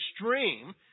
extreme